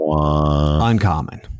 Uncommon